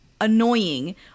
annoying